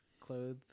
clothes